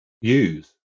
use